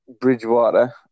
Bridgewater